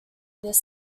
this